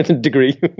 degree